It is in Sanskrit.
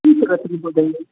स्वीकरोतु महोदय